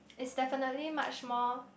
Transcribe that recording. is definitely much more